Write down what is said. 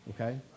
okay